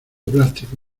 plástico